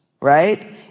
right